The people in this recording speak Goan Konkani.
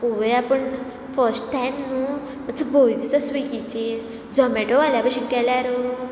पळोवया पूण फस्ट टायम न्हू मातसो भंय दिसता स्विगीचेर झोमेटो वाल्या भशेन केल्यार